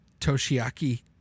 Toshiaki